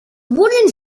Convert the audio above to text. wooden